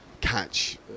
catch